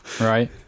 right